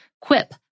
Quip